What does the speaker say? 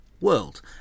world